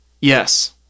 Yes